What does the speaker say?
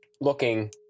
looking